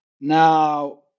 Now